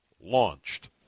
launched